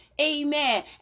Amen